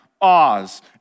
Oz